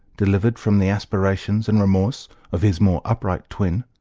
delivered from the aspirations and remorse of his more upright twin,